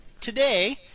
Today